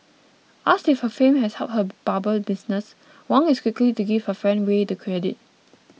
asked if her fame has helped her barber business Wang is quick to give her friend Way the credit